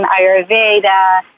Ayurveda